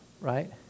Right